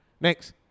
Next